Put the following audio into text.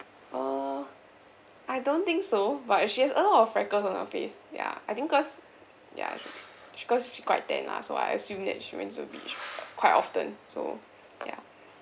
uh I don't think so but she has a lot of freckles on her face ya I think cause ya she cause she quite tan lah so I assume that she went to the beach quite often so ya